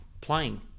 playing